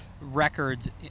records